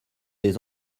des